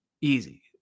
easy